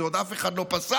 את זה אף אחד עוד לא פסל.